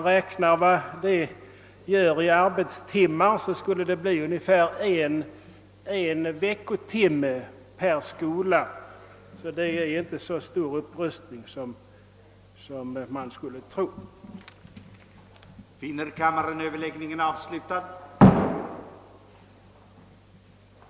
Räknar man i arbetstimmar skulle det bli ungefär en veckotimme per skola, och därför är det inte fråga om en så stor upprustning som "man kanske skulle kunna tro.